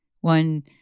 One